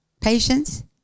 Patience